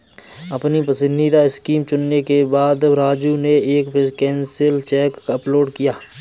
अपनी पसंदीदा स्कीम चुनने के बाद राजू ने एक कैंसिल चेक अपलोड किया